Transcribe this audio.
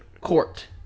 court